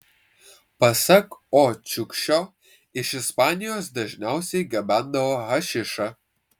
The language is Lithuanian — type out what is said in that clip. pasak o čiukšio iš ispanijos dažniausiai gabendavo hašišą